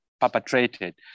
perpetrated